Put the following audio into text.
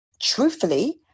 truthfully